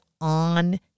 on